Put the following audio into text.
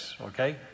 okay